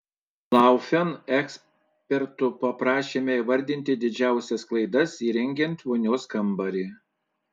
laufen eksperto paprašėme įvardinti didžiausias klaidas įrengiant vonios kambarį